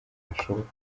hashoboka